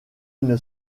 une